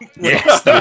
Yes